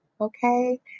okay